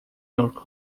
york